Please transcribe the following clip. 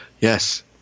Yes